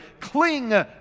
Cling